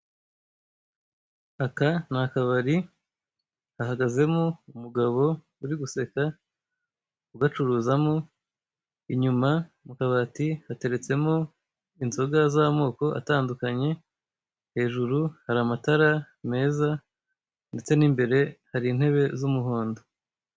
Aka n'akabari, gahagazemo umugabo uri guseka, ugacuruzamo. Inyuma mu kabati hateretsemo inzoga z'amoko atandukanye. hejuru hari amatara meza ndetse n'imbere hari intebe z'umuhonso